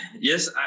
yes